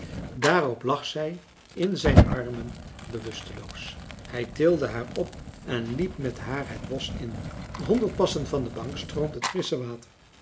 daarop lag zij in zijn armen bewusteloos hij tilde haar op en liep met haar het bosch in honderd passen van de bank stroomt het frissche water